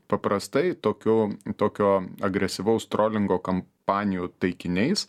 paprastai tokių tokio agresyvaus trolingo kampanijų taikiniais